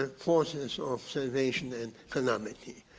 ah forces of conservation and calamity.